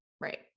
Right